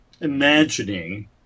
imagining